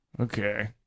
Okay